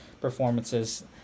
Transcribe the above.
performances